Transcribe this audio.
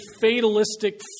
fatalistic